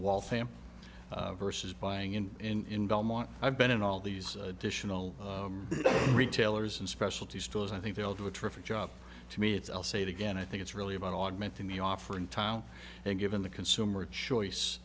family versus buying in belmont i've been in all these additional retailers and specialty stores i think they'll do a terrific job to me it's i'll say it again i think it's really about augmenting the offer in town and given the consumer choice